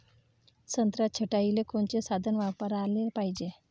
संत्रा छटाईले कोनचे साधन वापराले पाहिजे?